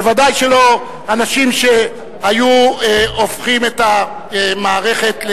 ודאי שלא אנשים שהיו הופכים את המערכת,